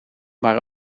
maar